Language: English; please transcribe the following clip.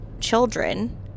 children